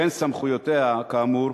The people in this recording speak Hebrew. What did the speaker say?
בין סמכויותיה כאמור,